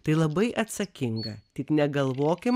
tai labai atsakinga tik negalvokim